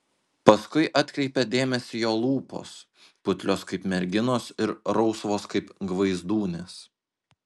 paskui atkreipia dėmesį jo lūpos putlios kaip merginos ir rausvos kaip gvaizdūnės